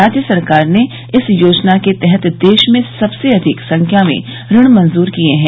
राज्य सरकार ने इस योजना के तहत देश में सबसे अधिक संख्या में ऋण मंजूर किये हैं